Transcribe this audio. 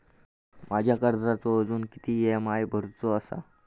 माझ्या कर्जाचो अजून किती ई.एम.आय भरूचो असा?